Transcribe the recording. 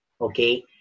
Okay